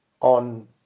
on